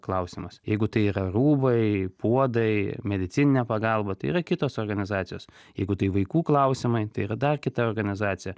klausimas jeigu tai yra rūbai puodai medicininė pagalba tai yra kitos organizacijos jeigu tai vaikų klausimai tai yra dar kita organizacija